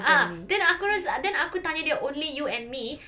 ah then aku rasa aku tanya dia only you and me